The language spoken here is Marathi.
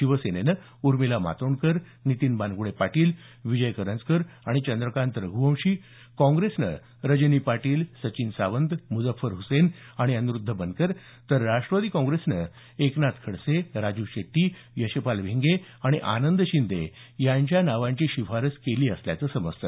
शिवसेनेनं उर्मिला मातोंडकर नितीन बानग्र्डे पाटील विजय करंजकर आणि चंद्रकांत रघ्वंशी काँग्रेसनं रजनी पाटील सचिन सावंत मुझफ्फर हुसेन आणि अनिरुद्ध बनकर तर राष्ट्रवादी काँप्रेसनं एकनाथ खडसे राजू शेट्टी यशपाल भिंगे आणि आनंद शिंदे यांच्या नावांची शिफारस केली असल्याचे समजते